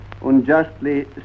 unjustly